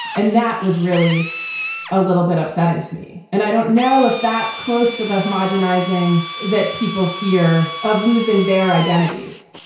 and that was really a little bit upsetting to me. and i don't know if that's close to the homogenizing that people fear of losing their identities.